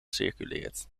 circuleert